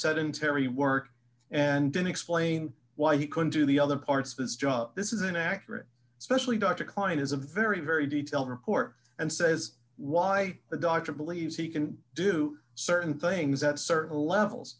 sedentary work and then explain why he couldn't do the other parts of his job this is an accurate especially dr klein is a very very detailed report and says why the doctor believes he can do certain things at certain levels